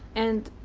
and,